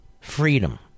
freedom